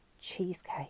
cheesecake